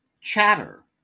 Chatter